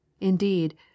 indeed